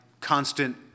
constant